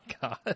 God